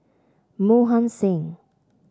Mohan Singh